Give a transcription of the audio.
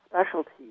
specialties